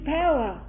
power